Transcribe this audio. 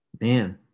Man